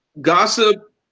Gossip